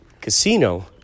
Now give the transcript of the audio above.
Casino